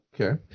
Okay